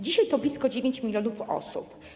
Dzisiaj to blisko 9 mln osób.